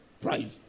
Pride